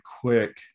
quick